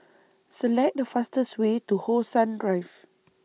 Select The fastest Way to How Sun Drive